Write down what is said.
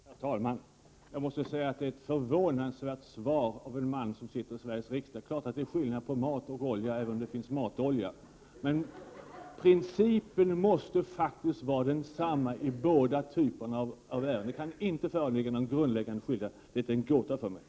Herr talman! Jag måste säga att det är förvånansvärt att få ett sådant svar av en man som sitter i Sveriges riksdag. Det är klart att det är skillnad på mat och olja, även om det finns matolja. Principen måste faktiskt vara densamma i båda fallen. Det kan inte föreligga någon grundläggande skillnad, det är en gåta för mig.